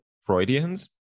Freudians